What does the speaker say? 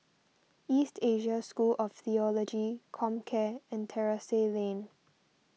East Asia School of theology Comcare and Terrasse Lane